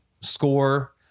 score